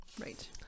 right